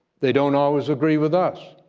they don't always agree with us,